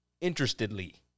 interestedly